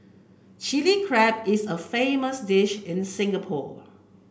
Chilli Crab is a famous dish in Singapore